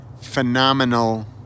phenomenal